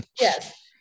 Yes